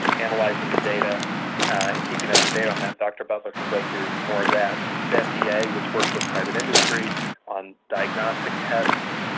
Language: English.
analyzing the data, and keeping up to date on that dr. butler can go through more of that to fda, which works with private industry on diagnostic tests,